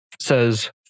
says